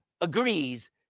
agrees